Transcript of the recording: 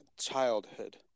childhood